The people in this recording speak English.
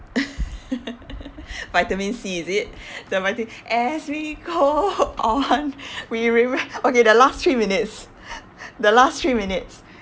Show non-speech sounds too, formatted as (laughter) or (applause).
(laughs) vitamin C is it the vitamin as we go on we remem~ okay the last three minutes the last three minutes